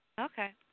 Okay